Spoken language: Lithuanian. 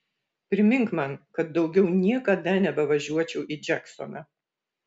primink man kad daugiau niekada nebevažiuočiau į džeksoną